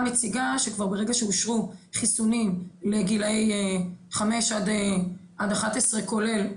מציגה שכבר ברגע שאושרו חיסונים לגילאי 5 עד 11 כולל,